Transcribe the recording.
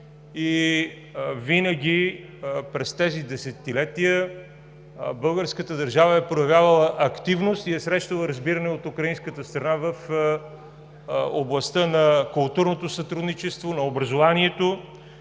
– винаги през тези десетилетия българската държава е проявявала активност и е срещала разбиране от украинската страна в областта на културното сътрудничество, на образованието.